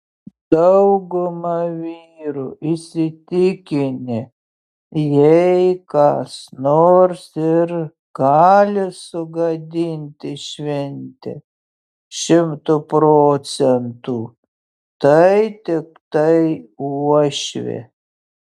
dauguma vyrų įsitikinę jei kas nors ir gali sugadinti šventę šimtu procentų tai tiktai uošvė